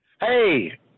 hey